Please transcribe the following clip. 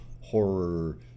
horror